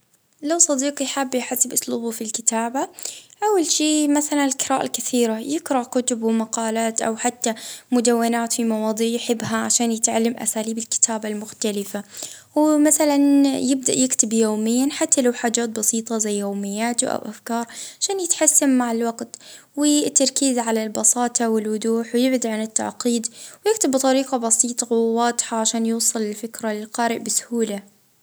ا القراءة هي المفتاح، اه يشوف أساليب مختلفة منها، اه يكتب يوميا اه حتى لو حاجات بسيطة اه باش يحسن مهارته و مراجعة اه الكتابات اللي كتبها مع شخص آخر تعطيه منظور جديد وتحسن من أسلوبه.